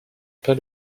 pas